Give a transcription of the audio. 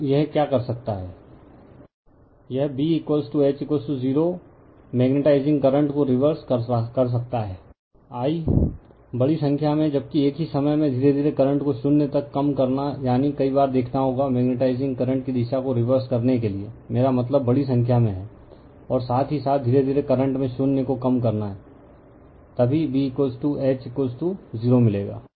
तो यह क्या कर सकता है यह B H 0 मेग्नेटाइजिंग करंट को रिवर्स कर कह सकता है I बड़ी संख्या में जबकि एक ही समय में धीरे धीरे करंट को शून्य तक कम करना यानी कई बार देखना होगा मैग्नेटाइजिंग करंट की दिशा को रिवर्स करने के लिए मेरा मतलब बड़ी संख्या में है और साथ ही साथ धीरे धीरे करंट में शून्य को कम करना है तभी B H 0 मिलेगा